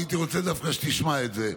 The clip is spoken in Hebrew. אני דווקא הייתי רוצה שתשמע את זה,